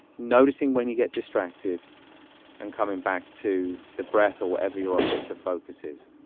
noticing when you get distracted and coming back to the breath or whatever your object to focus is.